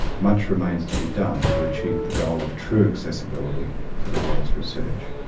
much remains to be done to achieve the goal of true accessibility for the world's research.